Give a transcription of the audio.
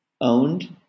owned